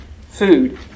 food